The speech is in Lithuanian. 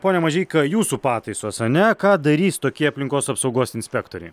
pone mažeika jūsų pataisos ane ką darys tokie aplinkos apsaugos inspektoriai